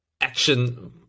action